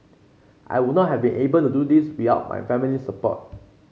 I would not have been able to do this without my family's support